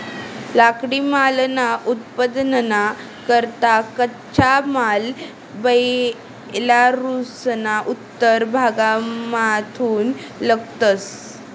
लाकडीमालना उत्पादनना करता कच्चा माल बेलारुसना उत्तर भागमाथून लयतंस